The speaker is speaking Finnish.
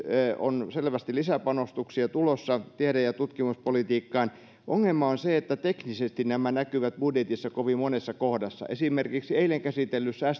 on selvästi lisäpanostuksia tulossa tiede ja tutkimuspolitiikkaan ongelma on se että teknisesti nämä näkyvät budjetissa kovin monessa kohdassa esimerkiksi eilen käsitellyssä